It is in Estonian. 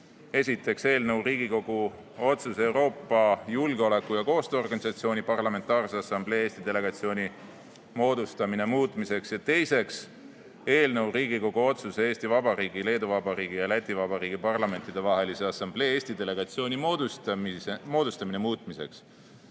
Esiteks, eelnõu Riigikogu otsuse "Euroopa Julgeoleku- ja Koostööorganisatsiooni Parlamentaarse Assamblee Eesti delegatsiooni moodustamine" muutmiseks. Teiseks, eelnõu Riigikogu otsuse "Eesti Vabariigi, Leedu Vabariigi ja Läti Vabariigi Parlamentidevahelise Assamblee Eesti delegatsiooni moodustamine" muutmiseks.